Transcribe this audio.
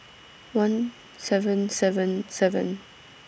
one seven seven seven